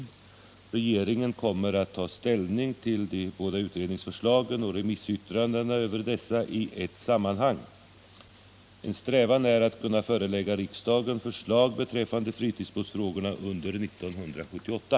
Regeringen kommer att ta ställning till de båda utredningsförslagen och remissyttrandena över dessa i ett sammanhang. En strävan är att kunna förelägga riksdagen förslag beträffande fritidsbåtsfrågorna under 1978.